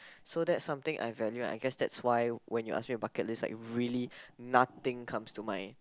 so that's something I value and I guess that's why when you ask me about bucket list like really nothing comes to mind